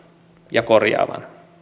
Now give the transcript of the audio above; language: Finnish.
ja korjaavan